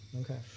okay